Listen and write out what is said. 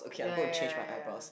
ya ya ya ya ya